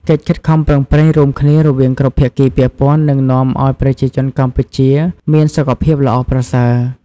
កិច្ចខិតខំប្រឹងប្រែងរួមគ្នារវាងគ្រប់ភាគីពាក់ព័ន្ធនឹងនាំឱ្យប្រជាជនកម្ពុជាមានសុខភាពល្អប្រសើរ។